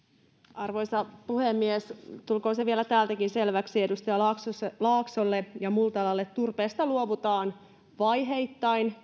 arvoisa puhemies tulkoon se vielä täältäkin selväksi edustaja laaksolle ja multalalle turpeesta luovutaan vaiheittain